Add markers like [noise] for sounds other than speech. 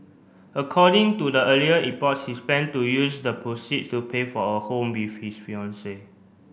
according to the earlier reports he [unintelligible] to use the proceed to pay for a home with his fiancee